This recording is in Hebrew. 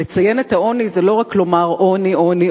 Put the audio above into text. לציין את העוני זה לא רק לומר: עוני,